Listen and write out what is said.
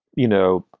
you know,